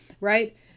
right